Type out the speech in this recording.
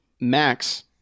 Max